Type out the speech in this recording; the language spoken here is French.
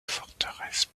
forteresse